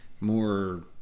More